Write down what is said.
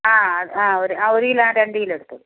ആ ആ ഒരു ആ ഒരു കിലോ രണ്ട് കിലോ എടുത്തോ